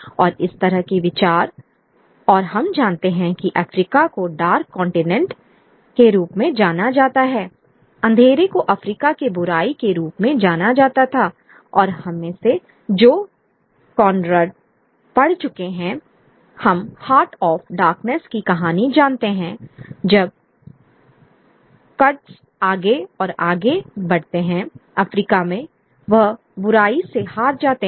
और इस तरह के विचार और हम जानते हैं कि अफ्रीका को डार्क कॉन्टिनेंट के रूप में जाना जाता थाअंधेरे को अफ्रीका के बुराई के रूप में जाना जाता था और हम में से जो कॉनराड पढ़ चुके हैं हम हार्ट ऑफ़ डार्कनेस की कहानी जानते हैं जब कर्टज़ आगे और आगे बढ़ते हैं अफ्रीका में वह बुराई से हार जाते हैं